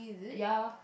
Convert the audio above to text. ya